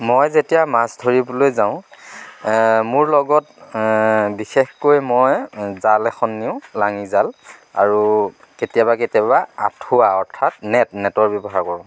মই যেতিয়া মাছ ধৰিবলৈ যাওঁ মোৰ লগত বিশেষকৈ মই জাল এখন নিওঁ লাঙি জাল আৰু কেতিয়াবা কেতিয়াবা আঁঠুৱা অৰ্থাৎ নেট নেটৰ ব্যৱহাৰ কৰোঁ